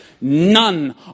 none